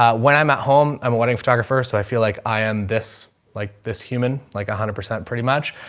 um when i'm at home, i'm a wedding photographer, so i feel like i am this like this human, like a a hundred percent pretty much.